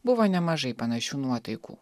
buvo nemažai panašių nuotaikų